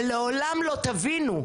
שלעולם לא תבינו,